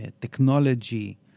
technology